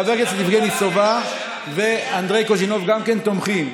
חבר הכנסת יבגני סובה ואנדרי קוז'ינוב גם כן תומכים.